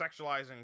sexualizing